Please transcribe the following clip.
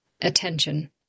attention